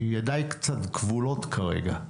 ידיי קצת כבולות כרגע.